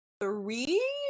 three